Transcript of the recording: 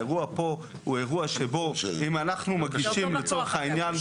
האירוע פה הוא אירוע שבו אם אנחנו מגישים לצורך העניין,